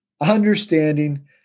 understanding